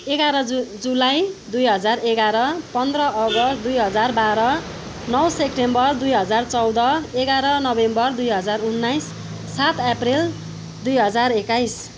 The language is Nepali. एघार जु जुलाई दुई हजार एघार पन्ध्र अगस्ट दुई हजार बाह्र नौ सेप्टेम्बर दुई हजार चौध एघार नोभेम्बर दुई हजार उन्नाइस सात एप्रिल दुई हजार एक्काइस